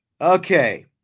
Okay